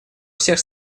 всех